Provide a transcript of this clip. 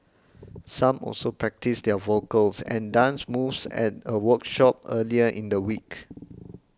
some also practised their vocals and dance moves at a workshop earlier in the week